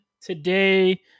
today